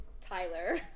Tyler